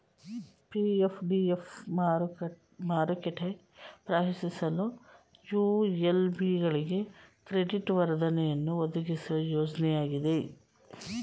PF DF ಮಾರುಕೆಟ ಪ್ರವೇಶಿಸಲು ULB ಗಳಿಗೆ ಕ್ರೆಡಿಟ್ ವರ್ಧನೆಯನ್ನು ಒದಗಿಸುವ ಯೋಜ್ನಯಾಗಿದೆ